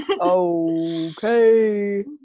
Okay